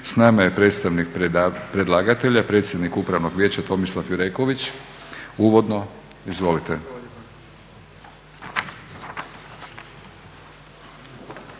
S nama je predstavnik predlagatelja, predsjednik upravnog vijeća Tomislav Jureković. Uvodno izvolite.